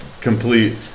complete